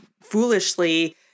foolishly